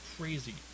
crazy